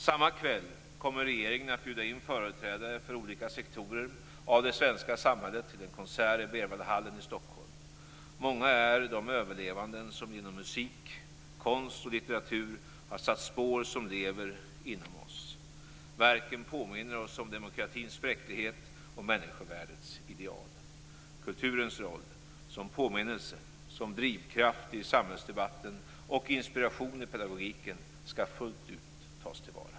Samma kväll kommer regeringen att bjuda in företrädare för olika sektorer av det svenska samhället till en konsert i Berwaldhallen i Stockholm. Många är de överlevande som inom musik, konst och litteratur har satt spår som lever inom oss. Verken påminner oss om demokratins bräcklighet och människovärdets ideal. Kulturens roll - som påminnelse, som drivkraft i samhällsdebatten och som inspiration i pedagogiken - skall fullt ut tas till vara.